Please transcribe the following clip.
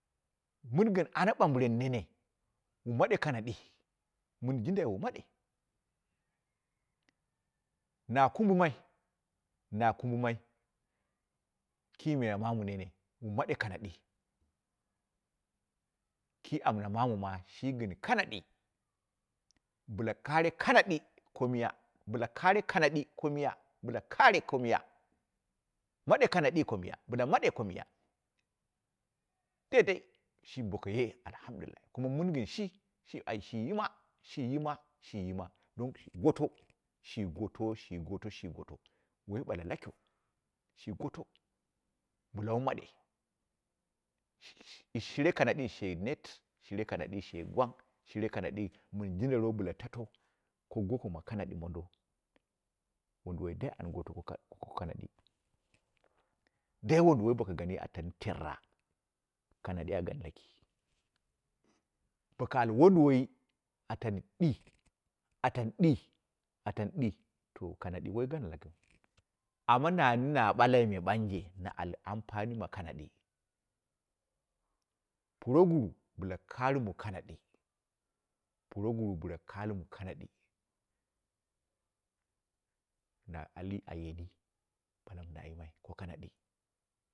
Mɨngɨn ana ɓanbɨren nene, mu made kanadii mɨn jindai wu maɗe, na kubumai, na kummai ki miya mamu nene mu made kanadi, ki amna mamu ma shi gɨn kanadi, bɨla kare kanadi ko miya bɨla kare kanadi, ko miya, bɨla kare ko miya, made kanadi ko miya, maɗe ko miya, daidai shimi bokaye alhamdullah, kuma mɨn gɨn shi shi ai shi yima, shi yima shi yimo, dong shi goto, shi goto, shi goto, shi goto waiyi bula lakin shi goto, bɨlawu maɗe, shi shi she neet shire kanadi she gwang shire kanadi, mɨn jindawo bɨla tato ko goko ma kanadi mondo, wunduwai dai an goto ko kanadi, dai wnduwai boko gani a tan teera, kanadi a gan luki, bo ku al waini wai atan ɗi a tani ɗii, a tani ɗii to kanadi wai gana lakiu, amma nani na bulen me banje na al ampani ma kanadi proguru bɨlu karimu kanadi, proguru bɨla karimu kanadi, na ali a yeni balamɨ na yimai ko kanadi.